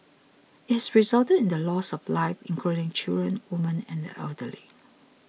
it has resulted in the loss of lives including children women and the elderly